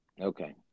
Okay